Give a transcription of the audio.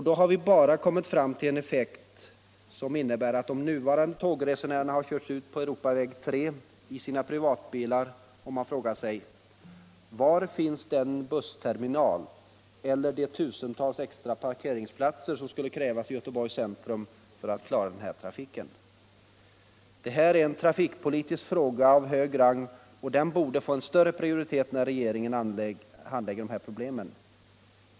Då har det bara fått den effekten att de nuvarande tågresenärerna har körts ut på E 3 i sina privatbilar, och man frågar sig: Var finns den bussterminal eller de tusentals extra parkeringsplatser som skulle krävas i Göteborgs centrum för att klara av den här trafiken? Detta är en trafikpolitisk fråga av hög rang, som borde få en större prioritet när regeringen handlägger de här problemen.